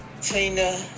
Tina